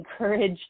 encourage